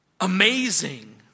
amazing